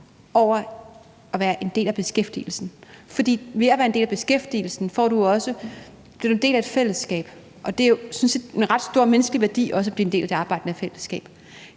over til at være en del af beskæftigelsen. For ved at være en del af beskæftigelsen bliver du en del af et fællesskab, og det har sådan set en ret stor menneskelig værdi at blive en del af det arbejdende fællesskab.